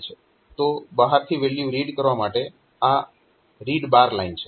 તો બહારથી value read કરવા માટે આ RD લાઇન છે